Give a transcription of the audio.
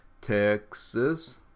Texas